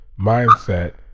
mindset